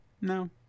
no